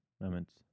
moments